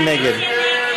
מי נגד?